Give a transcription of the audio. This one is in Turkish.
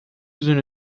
yüzün